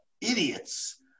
idiots